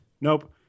nope